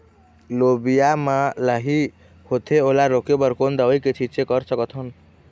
लोबिया मा लाही होथे ओला रोके बर कोन दवई के छीचें कर सकथन?